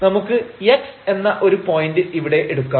നമുക്ക് x എന്ന ഒരു പോയിന്റ് ഇവിടെ എടുക്കാം